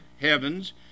heavens